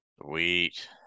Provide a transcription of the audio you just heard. Sweet